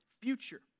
future